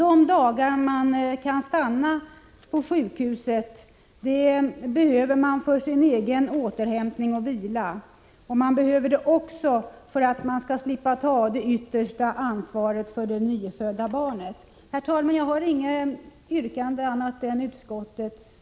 De dagar man kan stanna på sjukhuset behöver man för sin egen återhämtning och vila, och man behöver dem också för att man skall slippa ta det yttersta ansvaret för det nyfödda barnet. Fru talman! Jag har inget annat yrkande än utskottets.